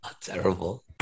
Terrible